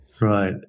right